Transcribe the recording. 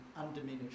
undiminished